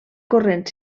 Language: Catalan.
corrent